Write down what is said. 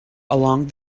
along